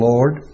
Lord